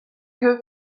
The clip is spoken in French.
que